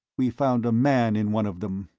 we found a man in one of them.